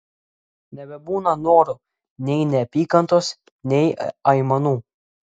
nebebūna norų nei neapykantos nei aimanų